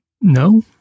No